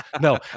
No